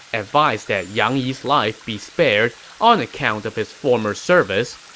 advised that yang yi's life be spared on account of his former service.